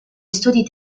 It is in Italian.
studi